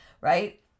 Right